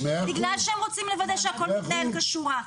בגלל שהם רוצים לוודא שהכול מתנהל כשורה.